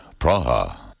Praha